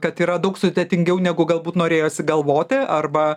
kad yra daug sudėtingiau negu galbūt norėjosi galvoti arba